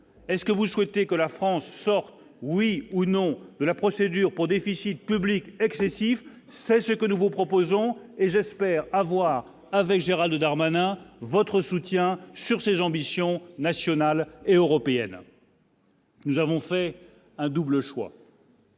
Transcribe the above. est-ce que vous souhaitez que la France sorte oui ou non de la procédure pour déficit public excessif, c'est ce que nous vous proposons et j'espère avoir avec Gérald Darmanin votre soutien sur ces gens ambitions nationales et européennes. Nous avons fait un double choix.